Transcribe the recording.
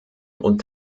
und